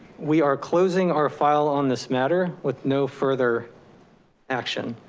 we are closing our file on this matter with no further action.